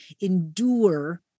endure